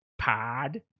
Pod